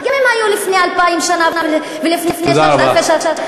גם אם היו לפני 2,000 שנה ולפני 3,000 שנה.